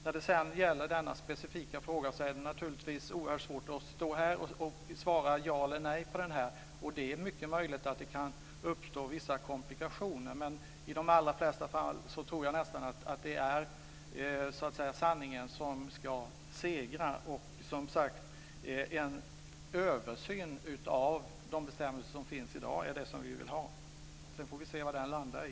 När det sedan gäller denna specifika fråga är det naturligtvis oerhört svårt att svara ja eller nej på den. Det är mycket möjligt att det kan uppstå vissa komplikationer, men i de allra flesta fall tror jag att det är sanningen som ska segra. Och, som sagt, en översyn av de bestämmelser som gäller i dag är det som vi begär. Sedan får vi se vad den landar i.